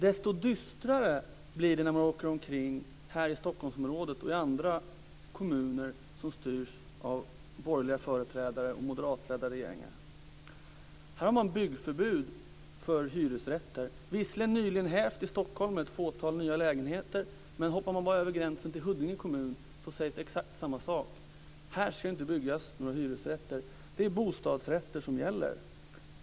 Desto dystrare blir det när man åker omkring här i Stockholmsområdet och i andra kommuner som styrs av borgerliga företrädare och moderatledda regeringar. Här har man byggförbud för hyresrätter. Visserligen är det nyligen hävt i Stockholm för ett fåtal nya lägenheter, men hoppar man bara över gränsen till Huddinge kommun sägs där exakt samma sak: Här ska inte byggas några hyresrätter. Det är bostadsrätter som gäller.